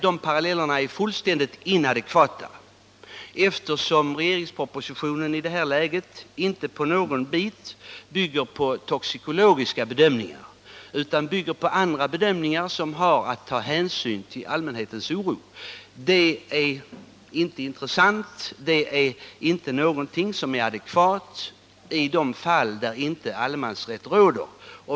De parallellerna är fullständigt inadekvata, eftersom regeringspropositionen i det här läget inte i något avseende bygger på toxikologiska bedömningar utan bygger på andra bedömningar som innebär att man tar hänsyn till allmä de fall där inte alleman inhetens oro. Det är inte intressant. inte adekvat. i ätt råder.